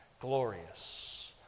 glorious